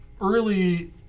Early